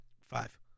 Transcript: five